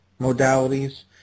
modalities